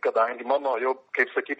kadangi mano jau kaip sakyt